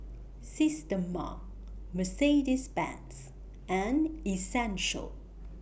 Systema Mercedes Benz and Essential